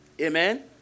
Amen